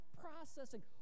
processing